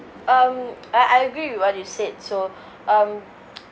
um I I agree with what you said so um